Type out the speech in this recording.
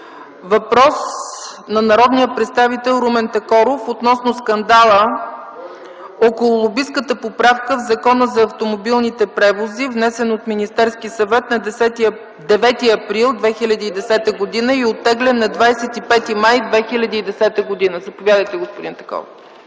Въпрос на народния представител Румен Такоров относно скандала около лобистката поправка в Закона за автомобилните превози, внесен от Министерския съвет на 9 април 2010 г. и оттеглен на 25 май 2010 г. Заповядайте, господин Такоров.